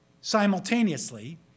Simultaneously